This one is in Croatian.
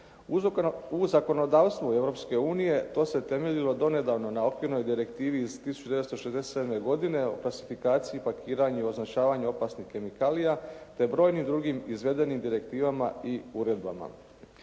U zakonodavstvu Europske unije to se temeljilo donedavno na okvirnoj direktivi iz 1967. godine o klasifikaciji, pakiranju i označavanju opasnih kemikalija te brojnim drugim izvedenim direktivama i uredbama.